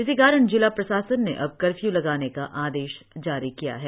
इसी कारण जिला प्रशासन ने अब कर्फ्यू लगाने का आदेश जारी किया है